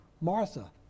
Martha